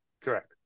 Correct